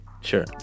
Sure